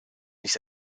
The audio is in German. nicht